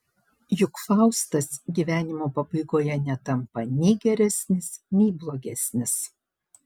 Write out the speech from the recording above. juk faustas gyvenimo pabaigoje netampa nei geresnis nei blogesnis